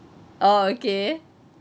oh okay